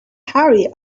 harry